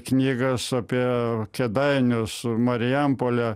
knygas apie kėdainius marijampolę